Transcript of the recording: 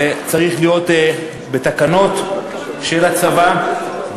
זה צריך להיות בתקנות של הצבא,